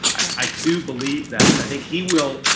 i do believe that. i think he will.